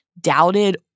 doubted